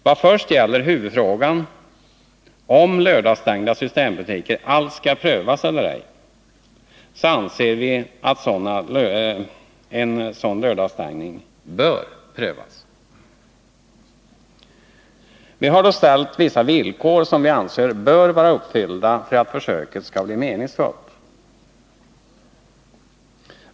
Vad först gäller huvudfrågan, om lördagsstängning av systembutikerna skall prövas eller ej, anser vi att en lördagsstängning bör prövas. Vi har då uppställt vissa villkor som vi anser bör vara uppfyllda för att försöket skall bli meningsfullt.